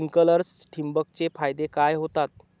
Sprinklers ठिबक चे फायदे काय होतात?